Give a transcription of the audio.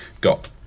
got